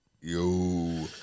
Yo